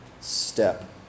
step